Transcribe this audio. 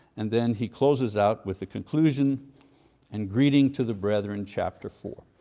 and then he closes out with the conclusion and greeting to the brethren, chapter four.